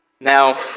Now